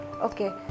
okay